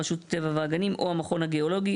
רשות הטבע והגנים או המכון הגיאולוגי,